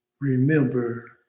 remember